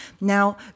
Now